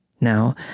Now